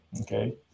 Okay